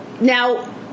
Now